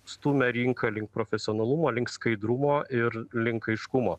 stumia rinką link profesionalumo link skaidrumo ir link aiškumo